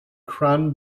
crown